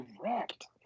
Correct